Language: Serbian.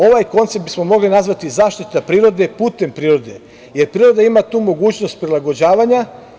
Ovaj koncept bismo mogli nazvati zaštita prirode putem prirode, jer priroda ima tu mogućnost prilagođavanja.